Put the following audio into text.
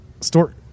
store